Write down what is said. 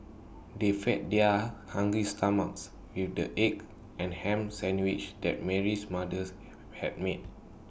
they fed their hungry stomachs with the egg and Ham Sandwiches that Mary's mother had made